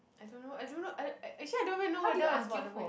I don't know I don't know I actually I don't even know whether is about the weight